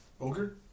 Ogre